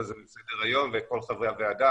בבקשה מר יזהר שי, שר המדע והטכנולוגיה.